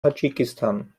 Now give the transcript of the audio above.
tadschikistan